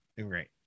Great